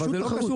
פשוט תחרות.